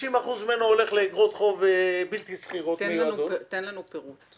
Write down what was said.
50% ממנו הולך לאגרות חוב בלתי סחירות מיועדות --- תן לנו פירוט.